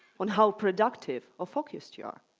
on how productive or focused you are.